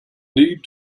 need